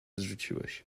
zrzuciłeś